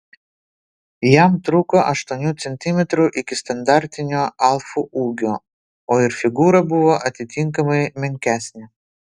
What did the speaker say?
jam trūko aštuonių centimetrų iki standartinio alfų ūgio o ir figūra buvo atitinkamai menkesnė